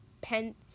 Pence